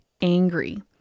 angry